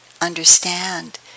understand